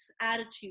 attitude